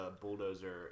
bulldozer